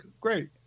great